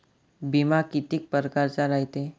बिमा कितीक परकारचा रायते?